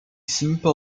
simply